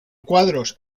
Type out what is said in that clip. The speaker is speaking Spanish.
cuadros